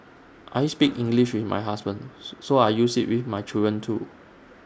I speak English with my husband so I use IT with my children too